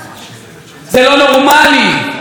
השופט והתליין?